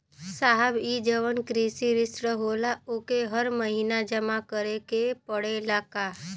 साहब ई जवन कृषि ऋण होला ओके हर महिना जमा करे के पणेला का?